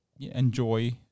enjoy